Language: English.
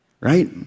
right